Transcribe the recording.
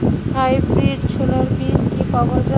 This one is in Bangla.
হাইব্রিড ছোলার বীজ কি পাওয়া য়ায়?